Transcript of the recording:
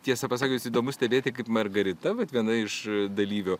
tiesa pasakius įdomu stebėti kaip margarita vat viena iš dalyvių